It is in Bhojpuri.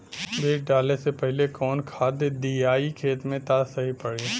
बीज डाले से पहिले कवन खाद्य दियायी खेत में त सही पड़ी?